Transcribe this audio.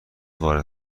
وارد